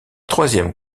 troisième